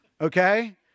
Okay